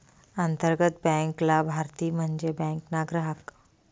अंतर्गत बँक लाभारती म्हन्जे बँक ना ग्राहक